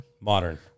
Modern